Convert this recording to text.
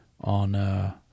on